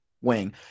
wing